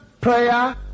prayer